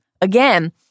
again—